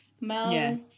Mel